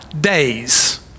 days